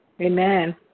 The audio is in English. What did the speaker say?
Amen